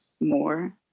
more